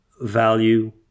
value